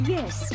Yes